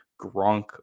Gronk